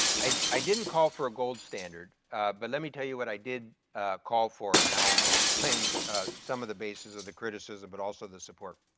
i i didn't call for a gold standard but let me tell you what i did call for and i'll explain ah of the basis of the criticism but also the support.